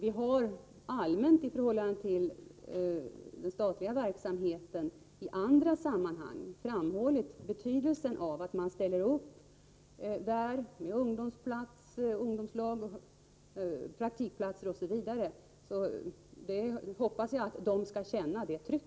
I andra sammanhang har vi rent allmänt framhållit betydelsen av att man ställer upp med ungdomslag, praktikplatser osv., varför jag hoppas att vederbörande känner ett tryck.